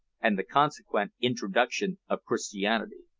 and the consequent introduction of christianity.